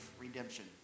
redemption